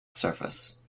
surface